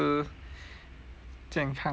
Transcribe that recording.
健康的 lor